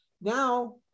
Now